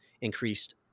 increased